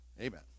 Amen